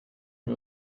mir